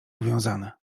uwiązane